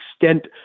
extent